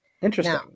Interesting